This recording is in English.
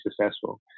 successful